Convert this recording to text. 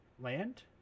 land